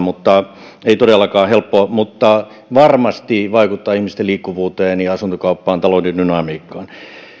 ei todellakaan helppoa mutta varmasti vaikuttaa ihmisten liikkuvuuteen ja asuntokauppaan talouden dynamiikkaan